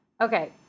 Okay